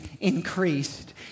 increased